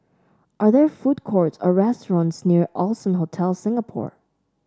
are there food courts or restaurants near Allson Hotel Singapore